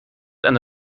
eine